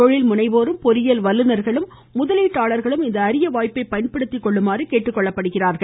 தொழில் முனைவோ்களும் பொறியியல் வல்லுநர்களும் முதலீட்டாளர்களும் இந்த அரிய வாய்ப்பை பயன்படுத்திக் கொள்ளுமாறு கேட்டுக்கொள்ளப்படுகிறார்கள்